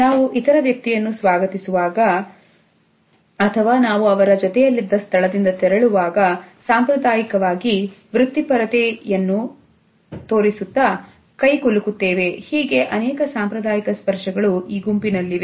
ನಾವು ಇತರ ವ್ಯಕ್ತಿಯನ್ನು ಸ್ವಾಗತಿಸುವಾಗ ಕೈಗೊಳ್ಳುತ್ತೇವೆ ಅಥವಾ ನಾವು ಅವರ ಜೊತೆಯಲ್ಲಿದ್ದ ಸ್ಥಳದಿಂದ ತೆರಳುವಾಗ ಸಾಂಪ್ರದಾಯಿಕವಾಗಿ ವೃತ್ತಿಪರತೆಯನ್ನು ನೀಡುವುದು ಹೀಗೆ ಅನೇಕ ಸಾಂಪ್ರದಾಯಿಕ ಸ್ಪರ್ಶಗಳು ಈ ಗುಂಪಿನಲ್ಲಿವೆ